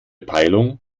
peilung